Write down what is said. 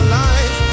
life